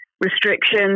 restrictions